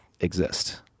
exist